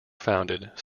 founded